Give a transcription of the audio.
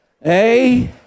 Hey